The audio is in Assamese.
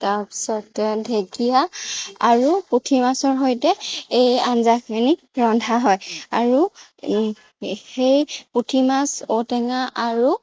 তাৰপাছতে ঢেকীয়া আৰু পুঠি মাছৰ সৈতে এই আঞ্জাখিনি ৰন্ধা হয় আৰু সেই পুঠিমাছ ঔ টেঙা আৰু